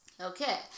Okay